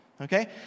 Okay